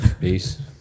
Peace